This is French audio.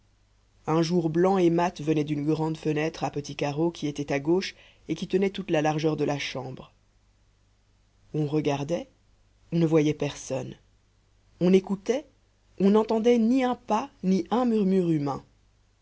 un jour blanc et mat venait d'une grande fenêtre à petits carreaux qui était à gauche et qui tenait toute la largeur de la chambre on regardait on ne voyait personne on écoutait on n'entendait ni un pas ni un murmure humain